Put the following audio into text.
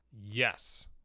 Yes